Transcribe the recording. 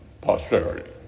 posterity